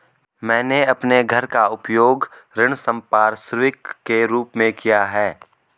मैंने अपने घर का उपयोग ऋण संपार्श्विक के रूप में किया है